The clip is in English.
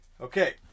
okay